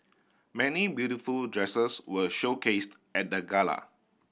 many beautiful dresses were showcased at the gala